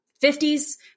fifties